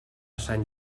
sant